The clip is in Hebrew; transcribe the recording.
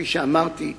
כפי שאמרתי,